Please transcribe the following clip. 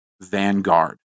Vanguard